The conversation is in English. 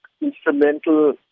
instrumental